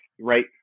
right